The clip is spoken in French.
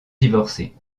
divorcé